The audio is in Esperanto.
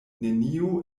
neniu